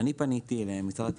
מתבצעת אצלכם איזו שהיא בחינה מחדש,